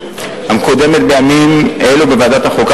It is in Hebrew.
המקודמת בימים אלה בוועדת החוקה,